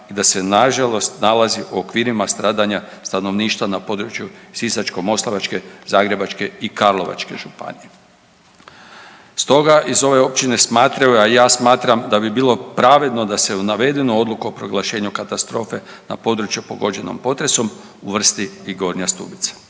i da se nažalost nalazi u okvirima stradanja stanovništva na području Sisačko-moslavačke, Zagrebačke i Karlovačke županije. Stoga iz ove općine smatraju, a i ja smatram da bi bilo pravedno da se u navedenu odluku o proglašenju katastrofe na području pogođenom potresom uvrsti i Gornja Stubica.